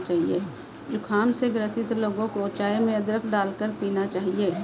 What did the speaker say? जुखाम से ग्रसित लोगों को चाय में अदरक डालकर पीना चाहिए